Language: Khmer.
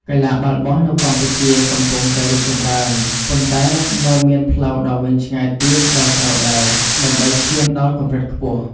កីឡាបាល់បោះនៅកម្ពុជាកំពុងតែរីកចម្រើន ប៉ុន្តែនៅមានផ្លូវដ៏វែងឆ្ងាយទៀតដែលត្រូវដើរ ដើម្បីឈានដល់កម្រិតខ្ពស់។